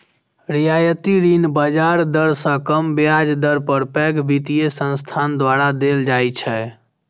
रियायती ऋण बाजार दर सं कम ब्याज दर पर पैघ वित्तीय संस्थान द्वारा देल जाइ छै